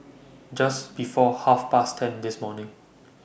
Just before Half Past ten This morning